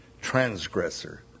transgressor